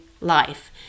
life